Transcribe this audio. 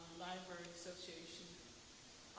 library association,